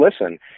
listen